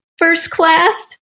first-class